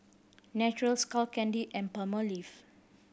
Naturel Skull Candy and Palmolive